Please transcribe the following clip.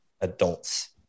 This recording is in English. adults